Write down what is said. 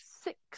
six